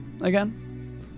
again